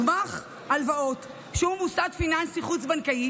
גמ"ח הלוואות שהוא מוסד פיננסי חוץ-בנקאי